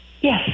Yes